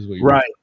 Right